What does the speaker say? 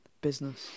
business